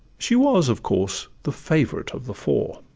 she was of course the favorite of the four.